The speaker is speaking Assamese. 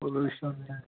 পলিওশ্যন হয়